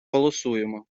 голосуємо